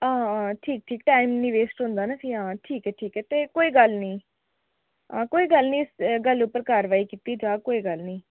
हां हां ठीक ठीक टाईम निं वेस्ट होंदा ना फ्ही आं ठीक ऐ ठीक ऐ ते कोई गल्ल निं हां कोई गल्ल निं गल्ल उप्पर कोई कारवाई कीती जाह्ग कोई गल्ल निं